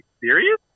serious